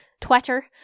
Twitter